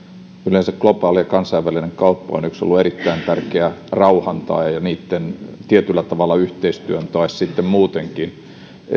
yleensä globaali ja kansainvälinen kauppa on ollut erittäin tärkeä rauhan tae ja tietyllä tavalla yhteistyön tae tai sitten muutenkin